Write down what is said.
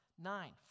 Nine